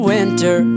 Winter